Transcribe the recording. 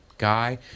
Guy